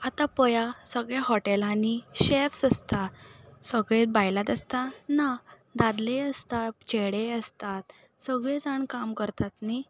आतां पळयात सगळे हॉटेलांनी शॅफ्स आसतात सगळे बायलांच आसता ना दादलेय आसता चेडेय आसतात सगळे जाण काम करतात न्ही